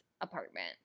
apartment